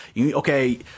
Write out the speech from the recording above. okay